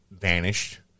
vanished